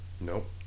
nope